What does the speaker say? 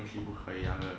不用去不可以那个